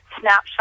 snapshot